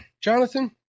Jonathan